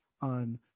on –